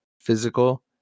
Physical